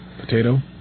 Potato